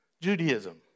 Judaism